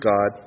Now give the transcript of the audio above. God